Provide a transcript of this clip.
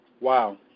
Wow